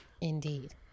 indeed